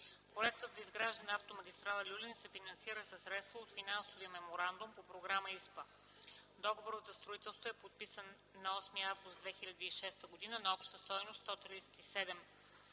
Проектът за изграждане на Автомагистрала „Люлин” се финансира със средства от Финансовия меморандум по Програма ИСПА. Договорът за строителството е подписан на 8 август 2006 г. на обща стойност от 137 млн.